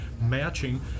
matching